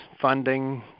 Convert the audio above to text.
funding